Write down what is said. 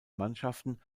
mannschaften